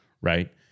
right